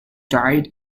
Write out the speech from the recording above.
died